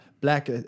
black